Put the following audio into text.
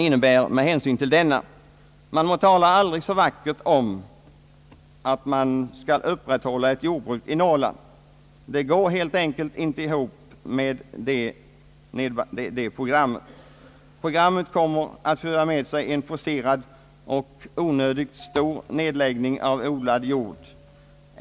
Man må tala aldrig så vackert om att exempelvis jordbruket skall upprätthållas i Norrland; det går helt enkelt inte ihop med programmet. Programmet kommer att föra med sig en forcerad och onödigt stor nedläggning av odlad jord.